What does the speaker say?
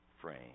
frame